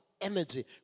energy